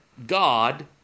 God